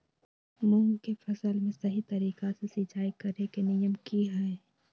मूंग के फसल में सही तरीका से सिंचाई करें के नियम की हय?